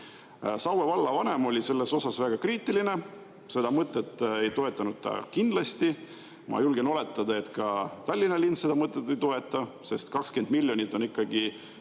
Saue vallavanem oli selle suhtes väga kriitiline, seda mõtet ei toetanud ta kindlasti. Ma julgen oletada, et ka Tallinna linn seda mõtet ei toeta, sest 20 miljonit on ikkagi